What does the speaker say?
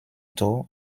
though